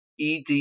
ED